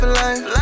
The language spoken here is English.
life